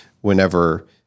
whenever